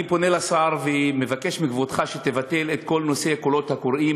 אני פונה לשר ומבקש מכבודך שתבטל את כל נושא הקולות הקוראים,